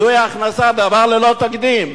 זוהי ההכנסה, דבר ללא תקדים.